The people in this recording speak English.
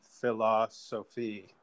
philosophy